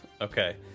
Okay